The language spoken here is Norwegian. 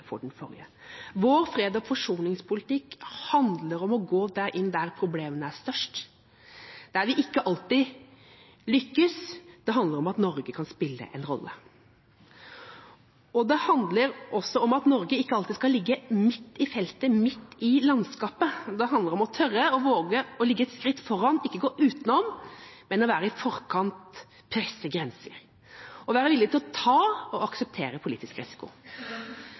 den forrige. Vår fred- og forsoningspolitikk handler om å gå inn der problemene er størst, der vi ikke alltid lykkes, men der det handler om at Norge kan spille en rolle. Det handler også om at Norge ikke alltid skal ligge midt i feltet, midt i landskapet. Det handler om å tørre å ligge et skritt foran, ikke gå utenom, men være i forkant, presse grenser, om å være villig til å ta og akseptere politisk risiko.